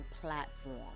platform